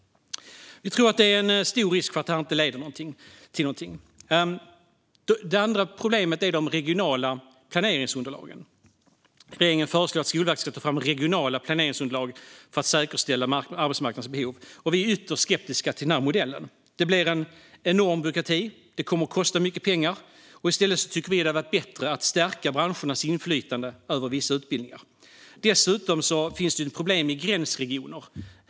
Vi tror att risken är stor att det här inte leder till någonting. Det andra problemet är de regionala planeringsunderlagen. Regeringen föreslår att Skolverket ska ta fram regionala planeringsunderlag för att säkerställa arbetsmarknadens behov. Vi är ytterst skeptiska till denna modell. Det blir en enorm byråkrati, och det kommer att kosta mycket pengar. Vi tycker att det hade varit bättre att stärka branschernas inflytande över vissa utbildningar. Dessutom finns det problem i gränsregioner.